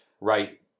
right